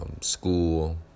school